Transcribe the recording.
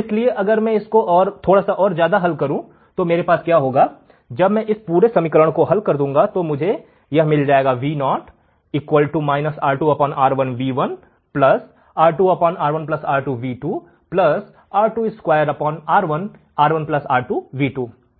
इसलिए अगर मैं इसे और हल करूं तो मेरे पास क्या होगा जब मैं पूरा समीकरण हल कर दूंगा तो मुझे यह मिल जाएगा